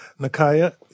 Nakaya